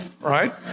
right